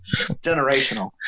generational